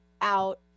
out